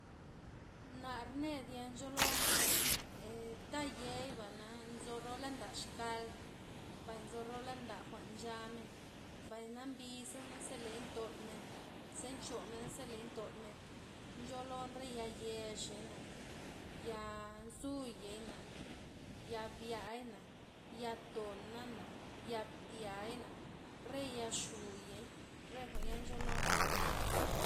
Nar ned ya ncholon tayei bana nzo rola nda xkal, mbay nzo rola nda jwa'n nchamen, mbay na mbiza naze ley ntolmen, ze nchomena, zeley ntolmen, ncholon re ya yex'xeyna, ya nzuy'yeina, ya byai'na, ya tona'na, ya mbtyai'na, re ya chuyei, re jwa'n ya ncholon